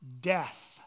death